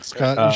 Scott